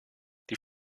die